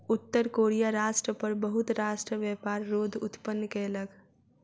उत्तर कोरिया राष्ट्र पर बहुत राष्ट्र व्यापार रोध उत्पन्न कयलक